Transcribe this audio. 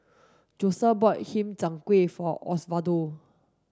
Josette bought Chiang Kueh for Osvaldo